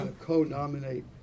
co-nominate